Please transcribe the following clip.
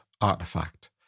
artifact